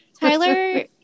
Tyler